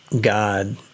God